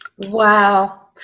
Wow